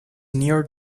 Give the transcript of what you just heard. near